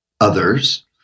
others